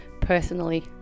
personally